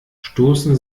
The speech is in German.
stoßen